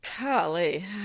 Golly